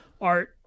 art